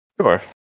Sure